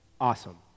Awesome